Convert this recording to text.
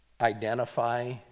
identify